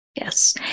Yes